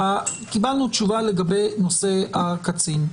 קיבלנו תשובה לגבי נושא הקצין.